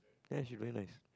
ya she very nice